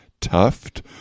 Tuft